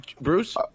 Bruce